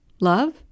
Love